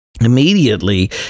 Immediately